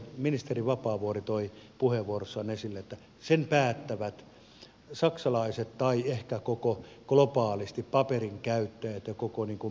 ministeri vapaavuori toi puheenvuorossaan esille että sen päättävät saksalaiset tai ehkä globaalisti paperin käyttäjät ja koko maailmanyhteisö